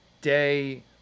day